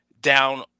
down